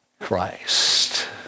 Christ